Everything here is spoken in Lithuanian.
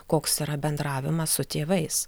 koks yra bendravimas su tėvais